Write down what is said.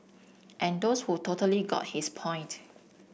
and those who totally got his point